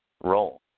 role